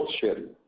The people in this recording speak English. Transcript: sharing